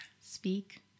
Speak